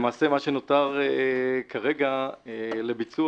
למעשה מה שנותר כרגע לביצוע,